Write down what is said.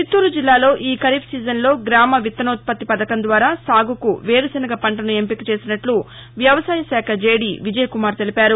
చిత్తూరు జిల్లాలో ఈ ఖరీఫ్ సీజన్లో గామ విత్తనోత్పత్తి పథకం ద్వారా సాగుకు వేరుశనగ పంటను ఎంపిక చేసినట్ల వ్యవసాయ శాఖ జేడీ విజయ కుమార్ తెలిపారు